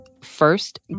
first